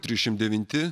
trisdešimt devinti